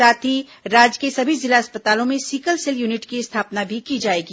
साथ ही राज्य के सभी जिला अस्पतालों में सिकलसेल यूनिट की स्थापना भी की जाएगी